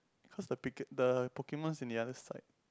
cause the Pika~ the Pokemons on the other side